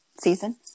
season